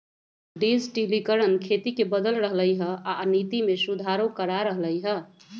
डिजटिलिकरण खेती के बदल रहलई ह आ नीति में सुधारो करा रह लई ह